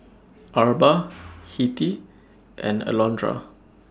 Arba Hettie and Alondra